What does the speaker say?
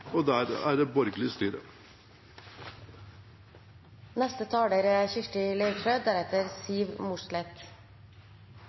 der er det borgerlig styre.